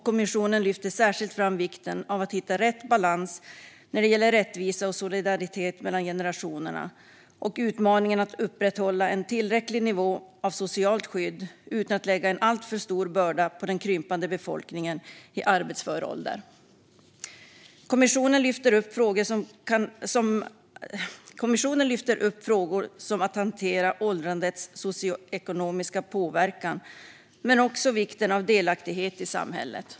Kommissionen lyfter särskilt fram vikten av att hitta rätt balans när det gäller rättvisa och solidaritet mellan generationerna och utmaningen att upprätthålla en tillräcklig nivå av socialt skydd utan att lägga en alltför stor börda på den krympande befolkningen i arbetsför ålder. Kommissionen lyfter upp frågor som att hantera åldrandets socioekonomiska påverkan men också vikten av delaktighet i samhället.